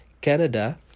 Canada